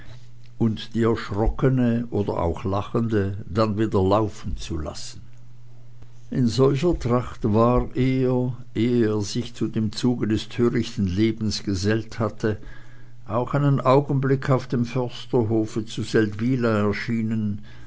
und die erschrockene oder auch lachende dann wieder laufenzulassen in solcher tracht war er ehe er sich zu dem zuge des törichten lebens gesellt hatte auch einen augenblick auf dem försterhofe zu seldwyla erschienen